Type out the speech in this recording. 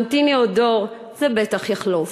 המתיני עוד דור, זה בטח יחלוף.